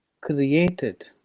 created